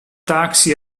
taxi